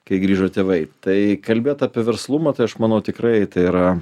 kai grįžo tėvai tai kalbėt apie verslumą tai aš manau tikrai tai yra